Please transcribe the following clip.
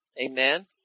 Amen